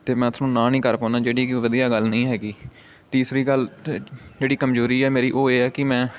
ਅਤੇ ਮੈਂ ਤੁਹਾਨੂੰ ਨਾ ਨਹੀਂ ਕਰ ਪਾਉਂਦਾ ਜਿਹੜੀ ਕਿ ਵਧੀਆ ਗੱਲ ਨਹੀਂ ਹੈਗੀ ਤੀਸਰੀ ਗੱਲ ਜਿਹੜੀ ਕਮਜ਼ੋਰੀ ਹੈ ਮੇਰੀ ਉਹ ਇਹ ਹੈ ਕਿ ਮੈਂ